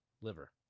liver